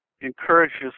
encourages